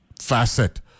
facet